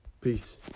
Peace